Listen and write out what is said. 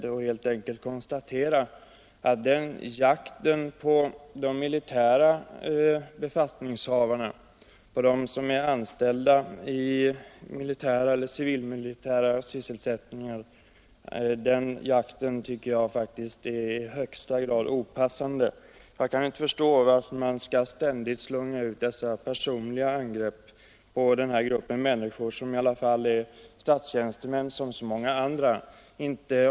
Jag vill helt enkelt säga att den här jakten på de militära befattningshavarna, på dem som har militära eller civilmilitära sysselsättningar, är i högsta grad opassande. Jag kan inte förstå varför man ständigt skall utslunga dessa personliga angrepp på den här gruppen av människor som består av statstjänstemän som så många andra.